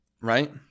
right